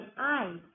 eyes